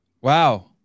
Wow